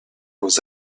aux